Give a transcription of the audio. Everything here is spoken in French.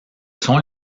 sont